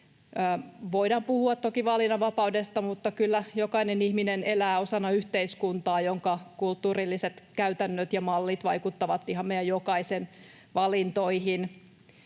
Voidaan puhua toki valinnanvapaudesta, mutta kyllä jokainen ihminen elää osana yhteiskuntaa, jonka kulttuurilliset käytännöt ja mallit vaikuttavat ihan meidän jokaisen valintoihin,